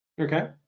okay